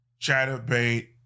Chatterbait